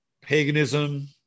paganism